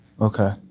Okay